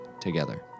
together